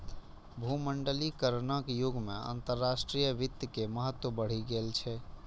भूमंडलीकरणक युग मे अंतरराष्ट्रीय वित्त के महत्व बढ़ि गेल छै